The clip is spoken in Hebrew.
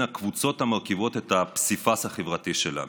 הקבוצות המרכיבות את הפסיפס החברתי שלנו.